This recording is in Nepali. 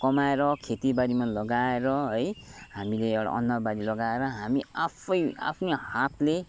कमाएर खेतीबारीमा लगाएर है हामीले एउटा अन्नबाली लगाएर हामी आफै आफ्नो हातले